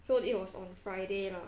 so it was on friday lah